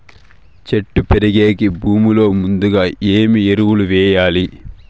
చెట్టు పెరిగేకి భూమిలో ముందుగా ఏమి ఎరువులు వేయాలి?